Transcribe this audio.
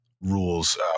rules